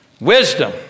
Wisdom